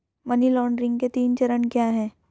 Money laundering के तीन चरण क्या हैं?